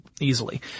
easily